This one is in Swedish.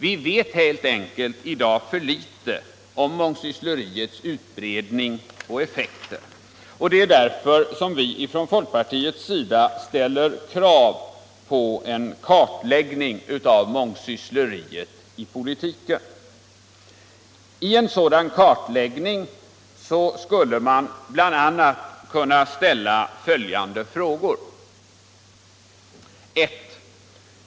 Vi vet helt enkelt för litet i dag om mångsyssleriets utbredning och effekter, och det är därför som vi från folkpartiets sida reser krav på en kartläggning av mångsyssleriet i politiken. I en sådan kartläggning skulle man bl.a. kunna ställa följande frågor: 1.